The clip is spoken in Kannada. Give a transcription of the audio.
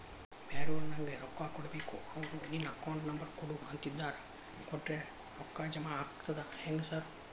ಬ್ಯಾರೆವರು ನಂಗ್ ರೊಕ್ಕಾ ಕೊಡ್ಬೇಕು ಅವ್ರು ನಿನ್ ಅಕೌಂಟ್ ನಂಬರ್ ಕೊಡು ಅಂತಿದ್ದಾರ ಕೊಟ್ರೆ ರೊಕ್ಕ ಜಮಾ ಆಗ್ತದಾ ಹೆಂಗ್ ಸಾರ್?